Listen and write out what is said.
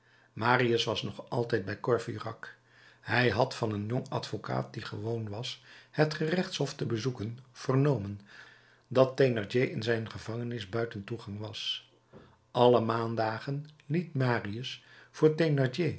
marius was nog altijd bij courfeyrac hij had van een jong advocaat die gewoon was het gerechtshof te bezoeken vernomen dat thénardier in zijn gevangenis buiten toegang was alle maandagen liet marius voor